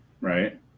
right